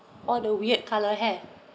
all the weird colour hair